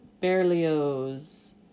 Berlioz